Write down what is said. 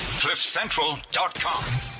Cliffcentral.com